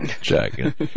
Jack